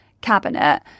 cabinet